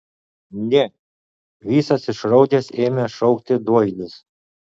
ne visas išraudęs ėmė šaukti doilis